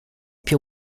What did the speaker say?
più